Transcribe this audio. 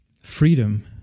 freedom